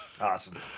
Awesome